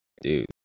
dude